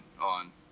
on